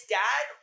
dad